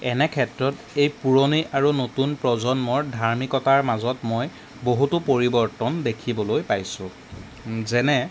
এনে ক্ষেত্ৰত এই পুৰণি আৰু নতুন প্ৰজন্মৰ ধাৰ্মিকতাৰ মাজত মই বহুতো পৰিৱৰ্তন দেখিবলৈ পাইছোঁ যেনে